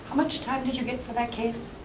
much time did you get for that case?